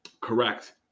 correct